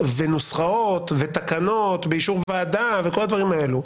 ונוסחאות ותקנות באישור ועדה וכל הדברים האלה.